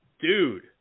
dude